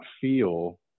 feel